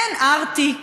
אין ארטיק